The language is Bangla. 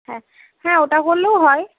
হ্যাঁ হ্যাঁ ওটা করলেও হয়